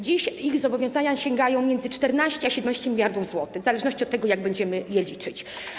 Dziś ich zobowiązania sięgają kwot pomiędzy 14 a 17 mld zł, w zależności od tego, jak będziemy je liczyć.